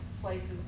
places